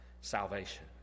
salvation